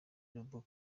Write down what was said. robot